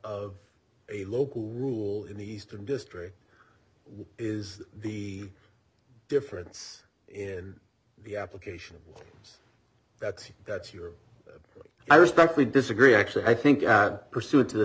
of a local rule in the eastern district is the difference in the application of that that's your i respectfully disagree actually i think pursuant to the